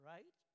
Right